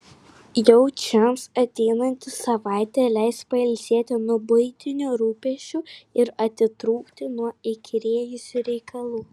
jaučiams ateinanti savaitė leis pailsėti nuo buitinių rūpesčių ir atitrūkti nuo įkyrėjusių reikalų